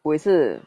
我也是